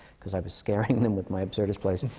cuz i was scaring them with my absurdist plays. and